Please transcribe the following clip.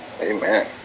Amen